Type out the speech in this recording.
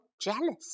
jealous